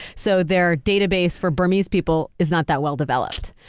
so their database for burmese people is not that well-developed.